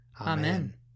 Amen